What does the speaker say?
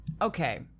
Okay